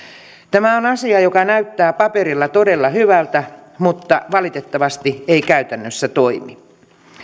tämä on asia joka näyttää paperilla todella hyvältä mutta valitettavasti ei käytännössä toimi